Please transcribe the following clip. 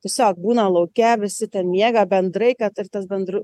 tiesiog būna lauke visi ten miega bendrai kad ir tas bendru